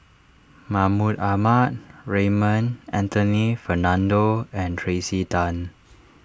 Mahmud Ahmad Raymond Anthony Fernando and Tracey Tan